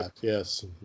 yes